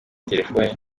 telefoni